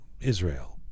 Israel